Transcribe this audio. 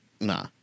nah